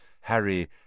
Harry